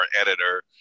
editor